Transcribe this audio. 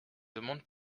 demandes